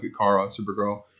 Supergirl